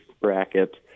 bracket